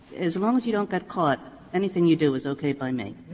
as long as you don't get caught, anything you do is okay by me.